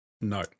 no